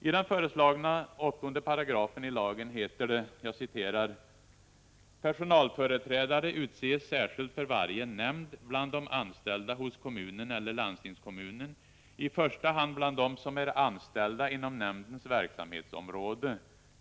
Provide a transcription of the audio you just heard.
I den föreslagna 8§ i lagen heter det: ”Personalföreträdare utses särskilt för varje nämnd bland de anställda hos kommunen eller landstingskommunen, i första hand bland dem som är anställda inom nämndens verksamhetsområde.